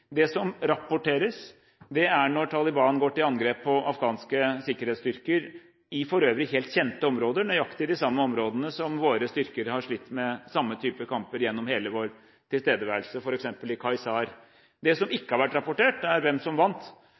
Det som rapporteres, er når Taliban går til angrep på afghanske sikkerhetsstyrker i for øvrig helt kjente områder, i nøyaktig de samme områdene som våre styrker har slitt med samme type kamper gjennom hele vår tilstedeværelse, f.eks. i Kaisar. Det som ikke har vært rapportert, er hvem som vant,